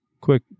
quick